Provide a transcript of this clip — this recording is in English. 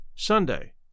Sunday